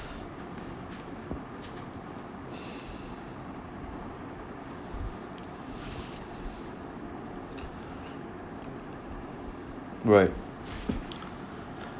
right